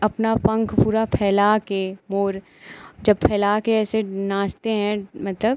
अपना पन्ख पूरा फैलाकर मोर जब फैलाकर ऐसे नाचते हैं मतलब